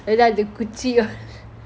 எதாவுது குச்சி :yeathaavuthu kuchi all